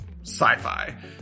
sci-fi